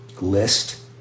list